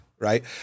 Right